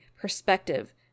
perspective